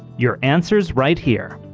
your answer's right here.